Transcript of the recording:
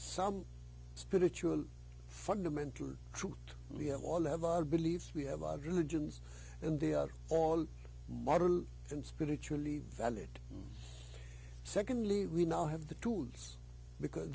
some spiritual fundamental truth and we have all of our beliefs we have our religion's and they are all modern and spiritually valid secondly we now have the tools because